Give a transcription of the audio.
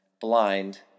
blind